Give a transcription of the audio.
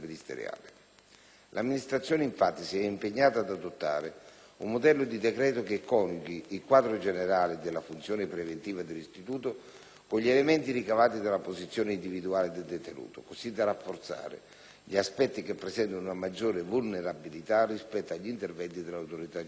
L'amministrazione, infatti, si è impegnata ad adottare un modello di decreto che coniughi il quadro generale della funzione preventiva dell'istituto con gli elementi ricavati dalla posizione individuale del detenuto, così da rafforzare gli aspetti che presentano una maggiore vulnerabilità rispetto agli interventi dell'autorità giudiziaria.